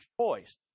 choice